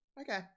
Okay